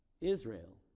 Israel